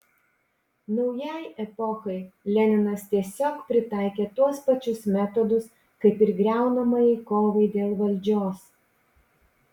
naujai epochai leninas tiesiog pritaikė tuos pačius metodus kaip ir griaunamajai kovai dėl valdžios